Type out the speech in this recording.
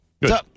good